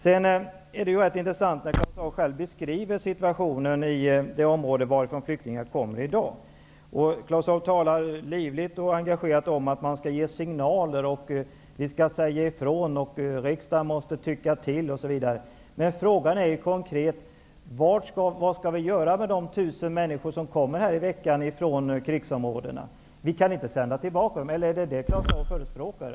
Det är intressant att höra Claus Zaar beskriva situationen i det område varifrån dagens flyktingar kommer. Han talade livligt och engagerat om att man skall ge signaler, att man skall säga ifrån och att riksdagen skall tycka till, osv. Men den konkreta frågan är: Vad skall vi göra med de 1 000 människor som kommer varje vecka från krigsområdena? Vi kan ju inte sända tillbaka dem, eller är det det som Claus Zaar förespråkar?